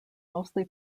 mostly